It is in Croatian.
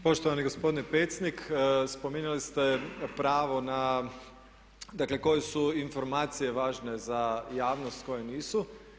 Poštovani gospodine Pecnik, spominjali ste pravo na, dakle koje su informacije važne za javnost a koje nisu.